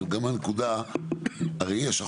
אבל גם הנקודה הרי יש,